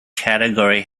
category